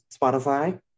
Spotify